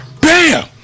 bam